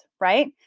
right